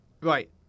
right